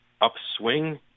upswing